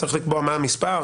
צריך לקבוע מה המספר,